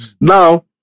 Now